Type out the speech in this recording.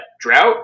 drought